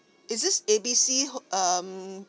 is this A B C um